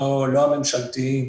לא הממשלתיים